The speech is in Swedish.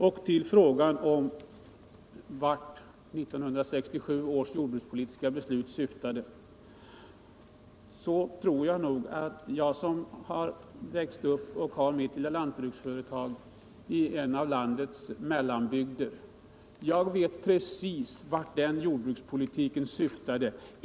När det gäller frågan om vart 1967 års jordbrukspolitiska beslut syftade tror jag att jag som växte upp och har mitt lilla lantbruksföretag i en av landets mellanbygder precis vet vart den jordbrukspolitiken syftade.